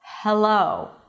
hello